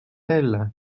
elle